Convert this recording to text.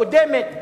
הקודמת,